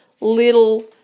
little